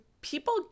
people